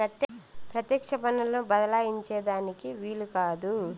పెత్యెక్ష పన్నులను బద్దలాయించే దానికి ఈలు కాదు